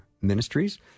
Ministries